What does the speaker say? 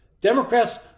Democrats